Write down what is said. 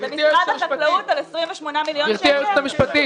במשרד החקלאות על 28 מיליון שקל?